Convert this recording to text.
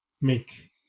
make